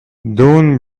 down